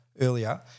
earlier